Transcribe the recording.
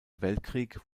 weltkrieg